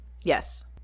Yes